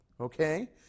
okay